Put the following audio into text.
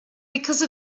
because